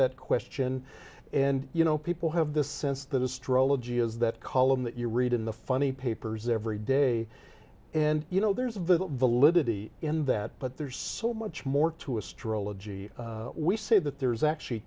that question and you know people have this sense that astrology is that column that you read in the funny papers every day and you know there's of that validity in that but there's so much more to astrology we say that there's actually